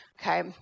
Okay